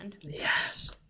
Yes